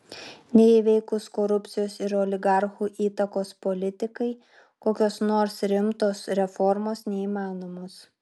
neįveikus korupcijos ir oligarchų įtakos politikai kokios nors rimtos reformos neįmanomos